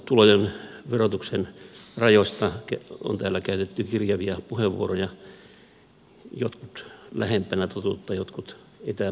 osinkotulojen verotuksen rajoista on täällä käytetty kirjavia puheenvuoroja jotkut lähempänä totuutta jotkut etäämpänä siitä